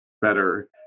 better